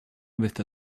with